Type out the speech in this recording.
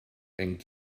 and